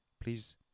Please